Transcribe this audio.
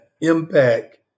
impact